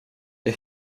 jag